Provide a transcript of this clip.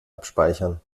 abspeichern